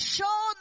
show